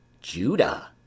Judah